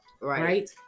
right